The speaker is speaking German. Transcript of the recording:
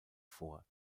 vor